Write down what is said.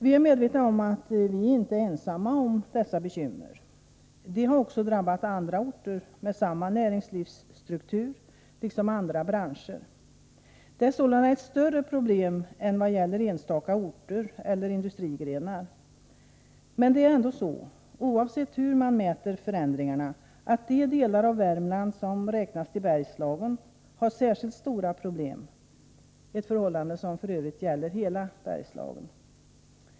Vi är medvetna om att vi inte är ensamma om att ha bekymmer av detta slag. Också andra orter med samma näringsstruktur och även andra branscher har drabbats. Problemen här är dock större jämfört med enstaka orter eller industrigrenar. Men oavsett hur man mäter förändringarna är det ändå så, att de delar av Värmland som räknas till Bergslagen har särskilt stora problem — ett förhållande som f. ö. gäller hela Bergslagen.